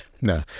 no